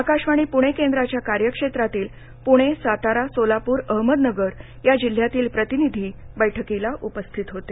आकाशवाणी प्णे केंद्राच्या कार्यक्षेत्रातील पुणे सातारा सोलापूर अहमदनगर या जिल्ह्यातील प्रतिनिधी बैठकीला उपस्थित होते